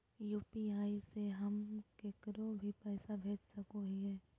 UPI से हम केकरो भी पैसा भेज सको हियै?